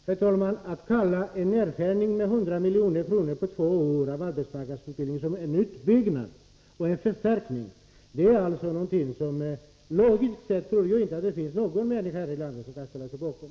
Herr talman! Att kalla en nedskärning av arbetsmarknadsutbildningen med 100 milj.kr. på två år för utbyggnad och förstärkning är en logik som jag inte tror någon människa kan ställa sig bakom.